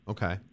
Okay